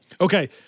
Okay